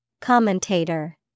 Commentator